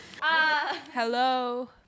Hello